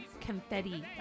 confetti